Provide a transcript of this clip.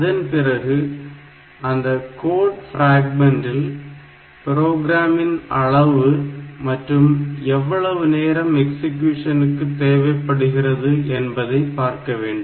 அதன் பிறகு அந்த கோட் பிராக்மன்றில் ப்ரோக்ராம் இன் அளவு மற்றும் எவ்வளவு நேரம் எக்சீக்யூசன் க்கு தேவைப்படுகிறது என்பதை பார்க்க வேண்டும்